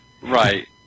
Right